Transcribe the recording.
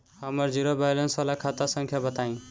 हमर zero balance वाला खाता संख्या बताई?